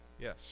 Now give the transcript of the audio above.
yes